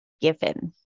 given